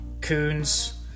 Coons